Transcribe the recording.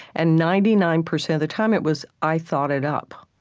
and ninety nine percent of the time it was i thought it up.